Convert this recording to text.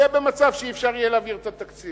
יהיה במצב שלא יהיה אפשר להעביר את התקציב.